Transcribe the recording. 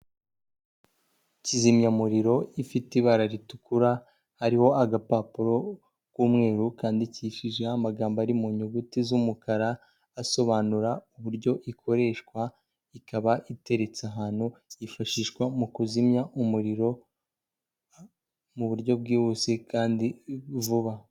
Kizimyamuriro ifite ibara ritukura, hariho agapapuro k'umweru, kandikishijeho amagambo ari mu nyuguti z'umukara, asobanura uburyo ikoreshwa, ikaba iteretse ahantu, yifashishwa mu kuzimya umuriro, mu buryo bwihuse kandi vuba.